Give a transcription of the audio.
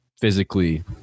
physically